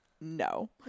no